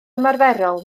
ymarferol